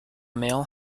male